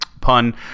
pun